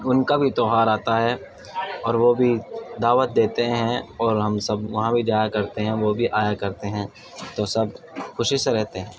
ان کا بھی تہوار آتا ہے اور وہ بھی دعوت دیتے ہیں اور ہم سب وہاں بھی جایا کرتے ہیں وہ بھی آیا کرتے ہیں تو سب خوشی سے رہتے ہیں